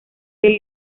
del